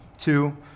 Two